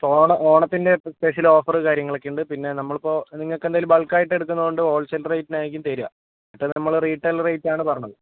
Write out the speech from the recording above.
ഓണം ഓണത്തിൻ്റെ special offer കാര്യങ്ങളൊക്കെ ഉണ്ട് പിന്നെ നമ്മൾ ഇപ്പോൾ നിങ്ങൾക്ക് എന്തായാലും ബൾക്ക് ആയിട്ട് എടുക്കുന്നതുകൊണ്ട് ഹോൾസെയിൽ റേറ്റിനായിരിക്കും തരിക ഇപ്പോൾ നമ്മൾ റീട്ടെയിൽ റേറ്റ് ആണ് പറഞ്ഞത്